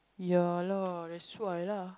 ya lah that's why lah